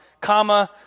comma